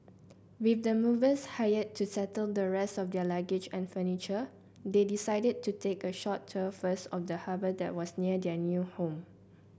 with the movers hired to settle the rest of their luggage and furniture they decided to take a short tour first of the harbour that was near their new home